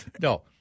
No